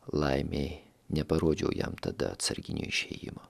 laimei neparodžiau jam tada atsarginio išėjimo